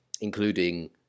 including